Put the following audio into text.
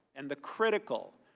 and the critical,